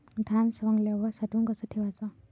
धान्य सवंगल्यावर साठवून कस ठेवाच?